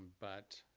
but,